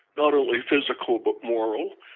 not only physical but moral,